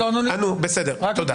ענו, בסדר, תודה.